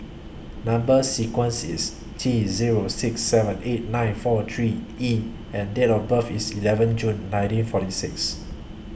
Number sequence IS T Zero six seven eight nine four three E and Date of birth IS eleven June nineteen forty six